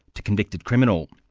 to convicted criminal.